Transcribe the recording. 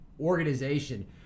organization